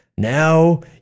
Now